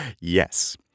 Yes